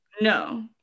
No